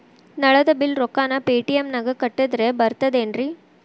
ನಳದ್ ಬಿಲ್ ರೊಕ್ಕನಾ ಪೇಟಿಎಂ ನಾಗ ಕಟ್ಟದ್ರೆ ಬರ್ತಾದೇನ್ರಿ?